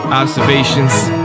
observations